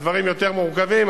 הדברים יותר מורכבים,